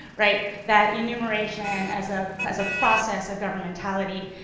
right, that innumeration, as ah as a process of governmentality,